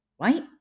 right